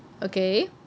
okay